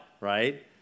right